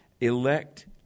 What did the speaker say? elect